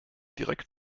direkt